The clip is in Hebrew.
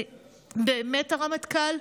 באמת, הרמטכ"ל?